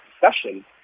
discussion